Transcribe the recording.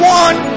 one